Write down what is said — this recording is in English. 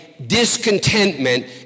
discontentment